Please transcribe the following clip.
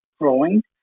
growing